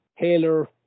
Taylor